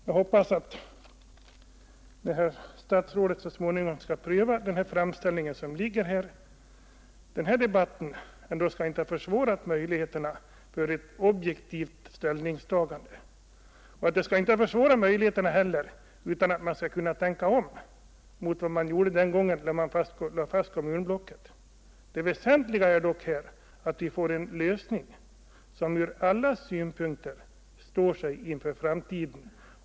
Jag hoppas att, när herr statsrådet så småningom skall pröva den framställning som föreligger, den här debatten ändå inte skall ha försvårat möjligheterna för ett objektivt ställningstagande utan att man skall kunna tänka om i förhållande till det beslut som fattades när man lade fast kommunblocket. Det väsentliga är dock att vi får en lösning som ur alla synpunkter står sig inför framtiden.